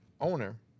owner